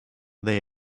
they